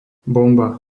bomba